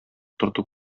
утырту